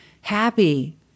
happy